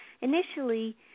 Initially